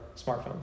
smartphones